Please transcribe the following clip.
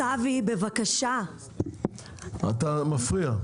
--- אתה מפריע.